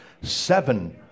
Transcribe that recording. seven